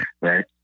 Right